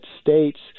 states